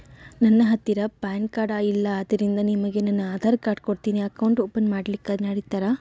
ನನ್ನ ಹತ್ತಿರ PAN card ಇಲ್ಲ ಆದ್ದರಿಂದ ನಿಮಗೆ ನನ್ನ ಆಧಾರ್ ಕಾರ್ಡ್ ಕೊಡ್ತೇನಿ ಅಕೌಂಟ್ ಓಪನ್ ಮಾಡ್ಲಿಕ್ಕೆ ನಡಿತದಾ?